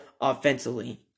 offensively